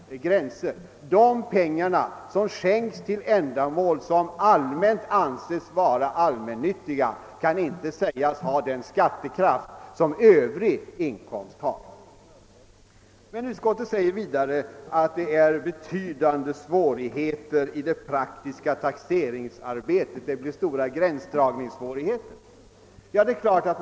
De pengar som skänks till ändamål som i gemen anses allmännyttiga kan inte sägas ha den skattekraft som övrig inkomst har. Utskottsmajoriteten anför vidare ati dylik avdragsrätt skulle medföra betydande svårigheter i det praktiska taxeringsarbetet. Gränsdragningarna skulle bli svåra att göra.